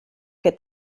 que